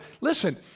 Listen